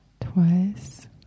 twice